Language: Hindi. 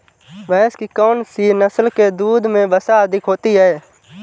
भैंस की कौनसी नस्ल के दूध में वसा अधिक होती है?